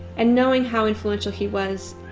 and knowing how influential he was,